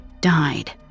died